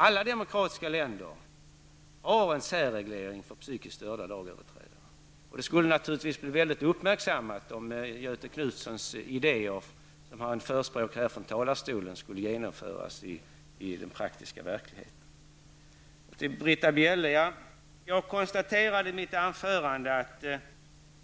Alla demokratiska länder har en särreglering för psykiskt störda lagöverträdare, och det skulle naturligtvis bli väldigt uppmärksammat om Göthe Knutsons idéer, som han förespråkar här från talarstolen, skulle föras ut i praktisk verklighet. Till Britta Bjelle vill jag säga att jag konstaterade i mitt huvudanförande att